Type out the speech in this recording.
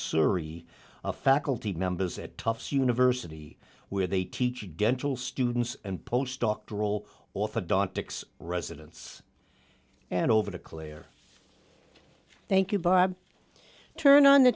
surgery of faculty members at tufts university where they teach dental students and post doctoral orthodontics residents and over to clare thank you bob turn on the